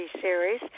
Series